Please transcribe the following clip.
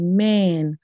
Amen